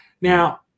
now